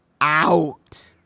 out